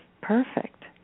perfect